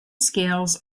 scales